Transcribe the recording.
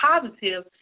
positive